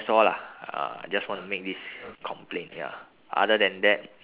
all lah uh just want to make this complaint ya other than that